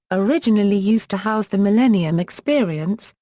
originally used to house the millennium experience,